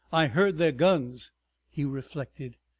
i heard their guns he reflected.